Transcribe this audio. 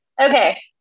Okay